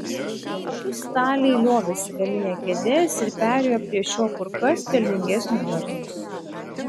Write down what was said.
abu staliai liovėsi gaminę kėdes ir perėjo prie šio kur kas pelningesnio verslo